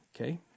okay